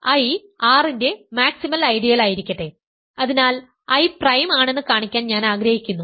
I R ന്റെ maximal ഐഡിയലായിരിക്കട്ടെ അതിനാൽ I പ്രൈം ആണെന്ന് കാണിക്കാൻ ഞാൻ ആഗ്രഹിക്കുന്നു